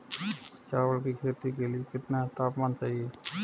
चावल की खेती के लिए कितना तापमान चाहिए?